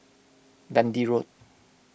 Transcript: Dundee Road